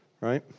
right